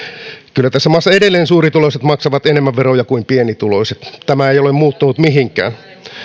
kyllä tässä maassa edelleen suurituloiset maksavat enemmän veroja kuin pienituloiset tämä ei ole muuttunut mihinkään